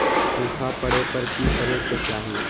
सूखा पड़े पर की करे के चाहि